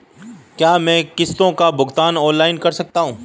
क्या मैं किश्तों का भुगतान ऑनलाइन कर सकता हूँ?